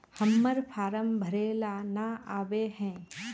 हम्मर फारम भरे ला न आबेहय?